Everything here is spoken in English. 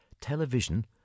television